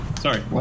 sorry